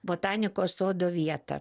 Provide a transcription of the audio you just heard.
botanikos sodo vietą